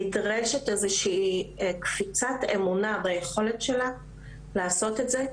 נדרשת איזושהי קפיצת אמונה ביכולת שלה לעשות את זה,